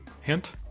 Hint